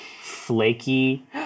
flaky